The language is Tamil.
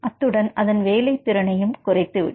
அத்துடன் அதன் வேலைத் திறனையும் குறைத்து விடும்